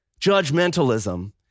judgmentalism